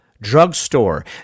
drugstore